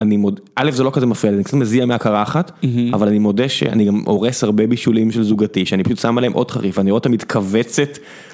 אני מודה, א׳ זה לא כזה מפריע לי, אני קצת מזיע מהקרחת, אבל אני מודה שאני גם הורס הרבה בישולים של זוגתי, שאני פשוט שם עליהם עוד חריף, ואני רואה אותה מתכווצת...